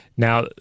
Now